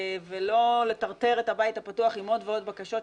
ולא לטרטר את הבית הפתוח עם עוד ועוד בקשות,